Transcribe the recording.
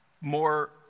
more